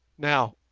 now,